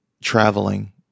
traveling